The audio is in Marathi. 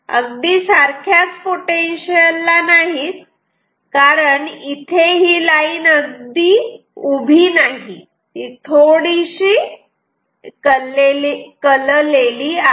अगदीच सारख्याच पोटेन्शियल ला नाहीत कारण इथे ही लाईन अगदी उभी नाही ती थोडीशी कललेली आहे